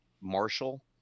Marshall